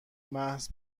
محض